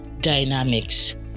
dynamics